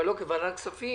אבל לא כוועדת כספים.